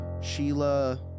Sheila